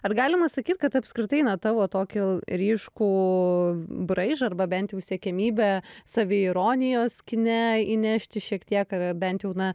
ar galima sakyt kad apskritai tavo tokį ryškų braižą arba bent jau siekiamybę saviironijos kine įnešti šiek tiek ar bent jau na